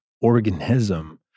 organism